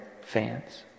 fans